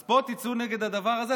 אז פה, תצאו נגד הדבר הזה?